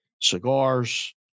cigars